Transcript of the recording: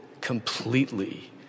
completely